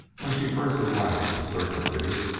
when she first arrived from circle city,